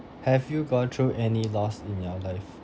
have you gone through any loss in your life